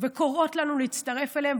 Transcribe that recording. וקוראות לנו להצטרף אליהן,